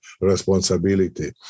responsibility